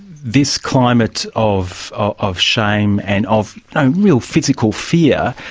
this climate of of shame and of real physical fear,